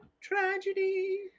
Tragedy